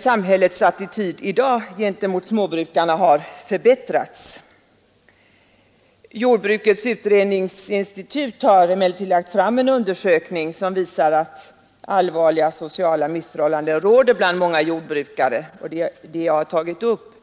Samhällets attityd i dag gentemot småbrukarna har förbättrats. Jordbrukets utredningsinstitut har emellertid lagt fram en undersökning, som visar att allvarliga sociala missförhållanden råder bland många jordbrukare, och det har jag tagit upp